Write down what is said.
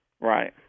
right